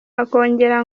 akongera